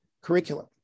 curriculum